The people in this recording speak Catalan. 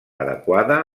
adequada